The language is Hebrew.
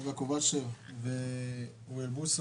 הרב יעקב אשר ואוריאל בוסו.